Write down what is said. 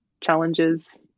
challenges